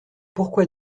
pourquoi